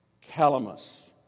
Calamus